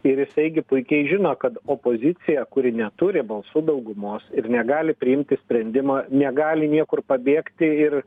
ir jisai gi puikiai žino kad opozicija kuri neturi balsų daugumos ir negali priimti sprendimo negali niekur pabėgti ir